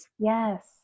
Yes